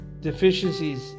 deficiencies